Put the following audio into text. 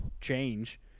change